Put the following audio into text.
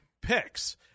picks